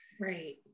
Right